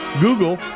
Google